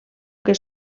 que